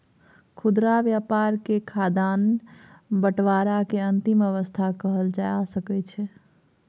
खुदरा व्यापार के खाद्यान्न बंटवारा के अंतिम अवस्था कहल जा सकइ छइ